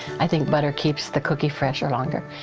i think butter keeps the cookie fresher longer.